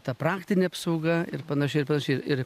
ta praktinė apsauga ir panašiai ir panašiai ir